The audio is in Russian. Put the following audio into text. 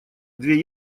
две